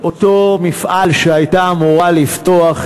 אותו מפעל שהייתה אמורה לפתוח,